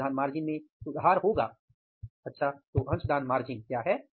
अंशदान मार्जिन में सुधार होगा क्योंकि अंशदान मार्जिन क्या है